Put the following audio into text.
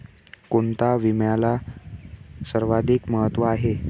कोणता विम्याला सर्वाधिक महत्व आहे?